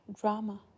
drama